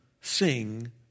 sing